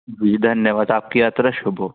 जी धन्यवाद आपकी यात्रा शुभ हो